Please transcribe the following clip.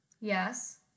Yes